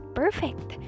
perfect